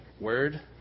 word